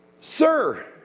Sir